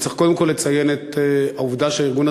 אני צריך קודם כול לציין את העובדה שהארגון